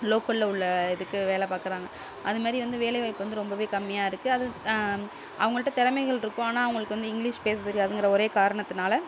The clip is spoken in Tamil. லோக்கல்ல உள்ள இதுக்கு வேலை பார்க்குறாங்க அதுமாதிரி வந்து வேலை வாய்ப்பு வந்து ரொம்பவே கம்மியாக இருக்குது அது அவங்கள்ட்ட திறமைகள் இருக்கும் ஆனால் அவங்களுக்கு வந்து இங்கிலிஷ் பேச தெரியாதுங்குற ஒரே காரணத்தினால